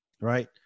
Right